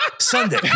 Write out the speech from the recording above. Sunday